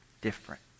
different